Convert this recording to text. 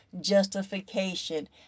justification